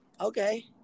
okay